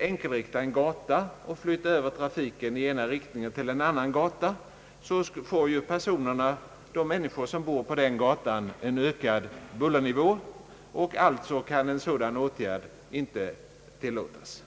enkelriktar en gata och flyttar över trafiken i ena riktningen till en annan gata, får de människor som bor vid denna en ökad bullernivå; alltså kan en sådan åtgärd inte tillåtas med detta betraktelsesätt.